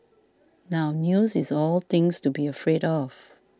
now news is all things to be afraid of